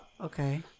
Okay